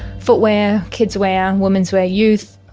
footwear, kidswear, womenswear, youth,